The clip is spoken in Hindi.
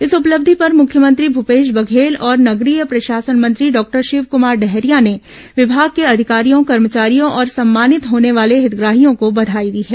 इस उपलब्धि पर मुख्यमंत्री भूपेश बघेल और नगरीय प्रशासन मंत्री डॉक्टर शिवकुमार डहरिया ने विभाग के अधिकारियों कर्मचारियों और सम्मानित होने वाले हितग्राहियों को बधाई दी है